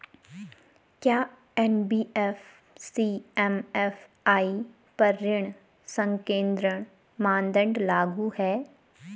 क्या NBFC MFI पर ऋण संकेन्द्रण मानदंड लागू हैं?